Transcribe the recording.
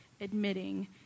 admitting